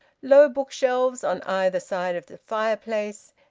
low bookshelves on either side of the fireplace,